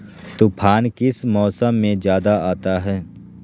तूफ़ान किस मौसम में ज्यादा आता है?